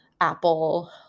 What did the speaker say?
apple